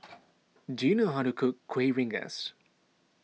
do you know how to cook Kuih Rengas